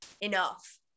enough